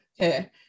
okay